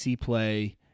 play